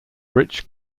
rich